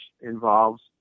involves